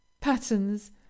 patterns